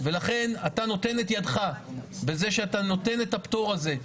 ולכן אתה נותן את ידך בזה שאתה נותן את הפטור הזה.